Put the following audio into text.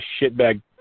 shitbag